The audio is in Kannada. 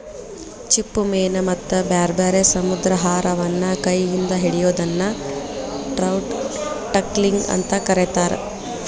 ಚಿಪ್ಪುಮೇನ ಮತ್ತ ಬ್ಯಾರ್ಬ್ಯಾರೇ ಸಮುದ್ರಾಹಾರವನ್ನ ಕೈ ಇಂದ ಹಿಡಿಯೋದನ್ನ ಟ್ರೌಟ್ ಟಕ್ಲಿಂಗ್ ಅಂತ ಕರೇತಾರ